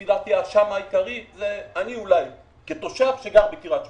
לפי דעתי האשם העיקרי הוא אולי אני כתושב שגר בקריית שמונה.